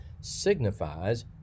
signifies